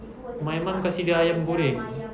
my mum kasih dia ayam goreng